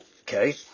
okay